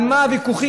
על מה הוויכוחים?